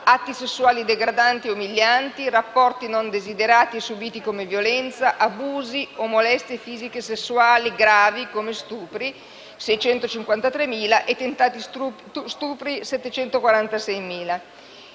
atti sessuali degradanti e umilianti, rapporti non desiderati e subiti come violenza, abusi o molestie fisiche sessuali gravi, come stupri (653.000) e tentati stupri (746.000).